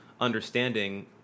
understanding